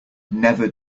never